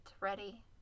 ready